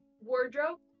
wardrobe